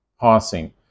passing